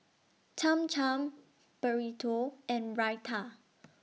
Cham Cham Burrito and Raita